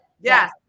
Yes